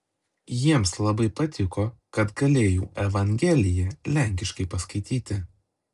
jiems labai patiko kad galėjau evangeliją lenkiškai paskaityti